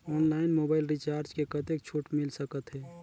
Online mobile recharge मे कतेक छूट मिल सकत हे?